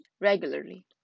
regularly